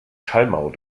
schallmauer